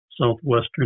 southwestern